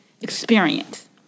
experience